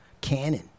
canon